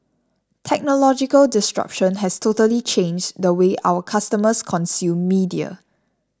technological disruption has totally changed the way our customers consume media